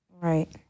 Right